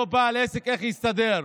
אותו בעל עסק, איך יסתדר.